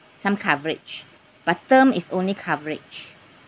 some coverage but term is only coverage